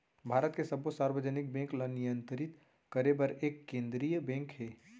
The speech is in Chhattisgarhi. भारत के सब्बो सार्वजनिक बेंक ल नियंतरित करे बर एक केंद्रीय बेंक हे